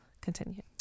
Continue